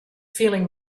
feeling